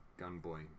Gunboy